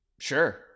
Sure